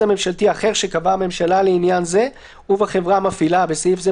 הממשלתי האחר שקבעה הממשלה לעניין זה ובחברה המפעילה (בסעיף זה,